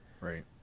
Right